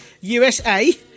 USA